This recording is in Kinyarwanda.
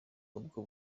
ubwo